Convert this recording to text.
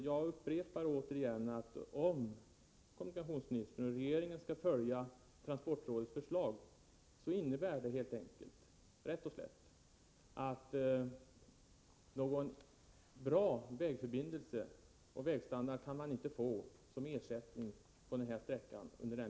Jag upprepar att om kommunikationsministern och regeringen följer transportrådets förslag innebär det helt enkelt att man under den lilla tid som står till buds inte kan få någon bra vägsträckning och vägstandard som ersättning på den här sträckan.